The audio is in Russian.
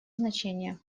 значение